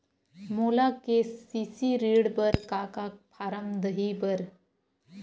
मोला के.सी.सी ऋण बर का का फारम दही बर?